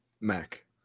Mac